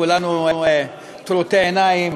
כי כולנו טרוטי עיניים,